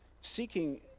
seeking